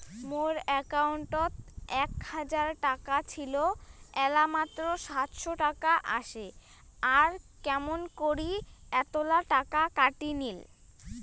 মোর একাউন্টত এক হাজার টাকা ছিল এলা মাত্র সাতশত টাকা আসে আর কেমন করি এতলা টাকা কাটি নিল?